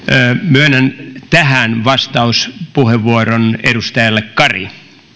myönnän tähän vastauspuheenvuoron edustajalle kari